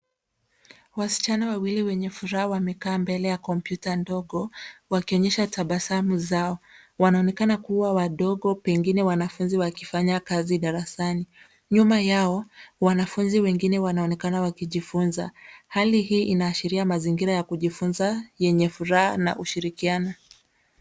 Wasichana wawili wenye furaga wamekaa mbele ya kompyuta ndogo wakionyesha tabasamu zao. Wanaonekana kuwa wadogo, pengine wanafunzi wakifanya kazi darasani. Nyuma yao, wanafunzi wengine wanaonekana wakijifunza. Hali hii inaashiria mazingira ya kujifunza yenye furaha na ushirikiano.